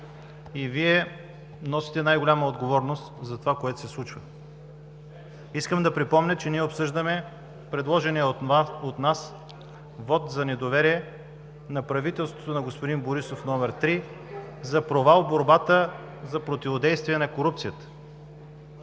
и Вие носите най-голяма отговорност за това, което се случва. Искам да припомня, че ние обсъждаме предложения от нас вот за недоверие на правителството на господин Борисов номер три за провал в борбата за противодействие на корупцията.